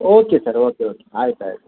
okay sir okay okay ಆಯ್ತು ಆಯಿತು